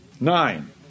Nine